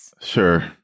sure